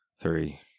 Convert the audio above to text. Three